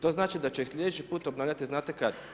To znači da će ih slijedeći put obnavljati, znate kada?